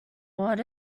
what